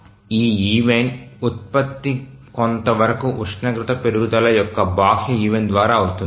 ఈ ఈవెంట్ ఉత్పత్తి కొంత వరకు ఉష్ణోగ్రత పెరుగుదల యొక్క బాహ్య ఈవెంట్ ద్వారా అవుతుంది